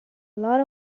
lot